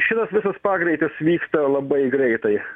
šitas visas pagreitis vyksta labai greitai